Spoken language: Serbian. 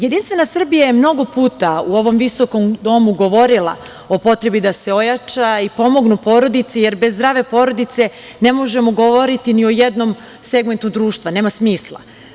Jedinstva Srbija je mnogo puta u ovom visokom domu govorila o potrebi da se ojača i pomognu porodice, jer bez zdrave porodice ne možemo govoriti ni o jednom segmentu društva, nema smisla.